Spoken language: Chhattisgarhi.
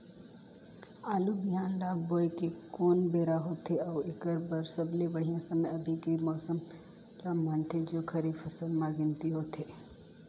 आलू बिहान ल बोये के कोन बेरा होथे अउ एकर बर सबले बढ़िया समय अभी के मौसम ल मानथें जो खरीफ फसल म गिनती होथै?